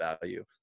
value